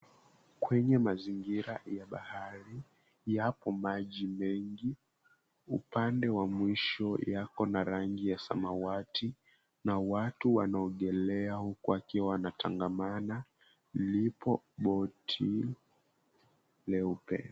Kwenye mazingira ya bahari yapo maji mengi. Upande wa mwisho yako na rangi ya samawati na watu wanaogelea huku wakiwa wanatangamana. Lipo boti leupe.